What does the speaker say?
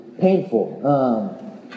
painful